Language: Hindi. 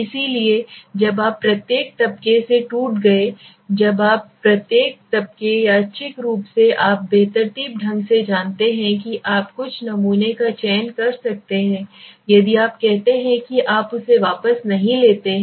इसलिए जब आप प्रत्येक तबके से टूट गए जब आप प्रत्येक तबके यादृच्छिक रूप से आप बेतरतीब ढंग से जानते हैं कि आप कुछ नमूने का चयन कर सकते हैं यदि आप कहते हैं कि आप उसे वापस नहीं लेते हैं